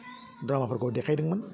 ड्रामाफोरखौ देखायदोंमोन